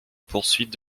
poursuite